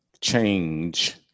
Change